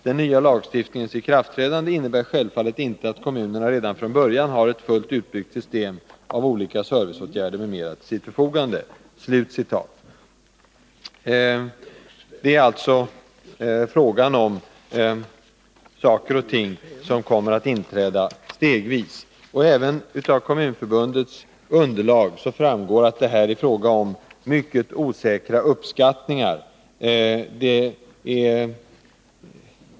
Den nya lagstiftningens ikraftträdande innebär självfallet inte att kommunerna redan från början har ett fullt utbyggt system av olika serviceåtgärder m.m. till sitt förfogande.” Det är alltså fråga om saker och ting som kommer att inträda stegvis. Av Kommunförbundets eget underlag framgår att det här är fråga om mycket osäkra uppskattningar.